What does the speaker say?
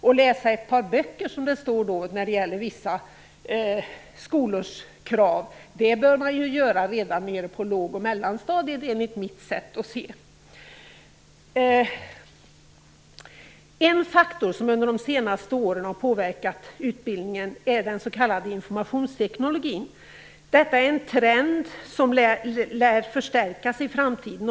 Att läsa ett par böcker - som det står i vissa skolors krav - bör man göra redan på låg och mellanstadiet enligt mitt sätt att se. En faktor som under de senaste åren har påverkat utbildningen är den s.k. informationstekniken. Det är en trend som lär förstärkas i framtiden.